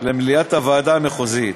במליאת הוועדה המחוזית.